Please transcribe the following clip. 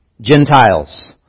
Gentiles